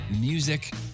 Music